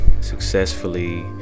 successfully